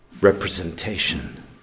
Representation